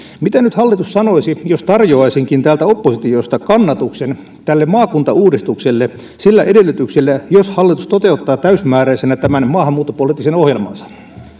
mitä nyt hallitus sanoisi jos tarjoaisinkin täältä oppositiosta kannatuksen tälle maakuntauudistukselle sillä edellytyksellä jos hallitus toteuttaa täysimääräisenä tämän maahanmuuttopoliittisen ohjelmansa